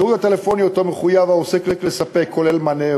השירות הטלפוני שהעוסק מחויב לתת כולל מענה אנושי,